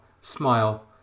smile